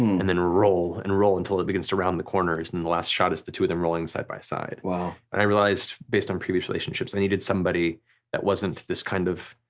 and then roll and roll until it begins to round the corners and the last shot is the two of them rolling side by side. and i realized based on previous relationships i needed somebody that wasn't this kind of,